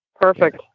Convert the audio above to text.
Perfect